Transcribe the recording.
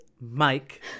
Mike